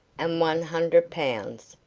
and one hundred pounds,